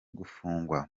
gufungwa